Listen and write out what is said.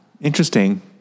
interesting